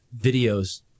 videos